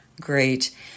great